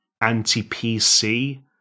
anti-PC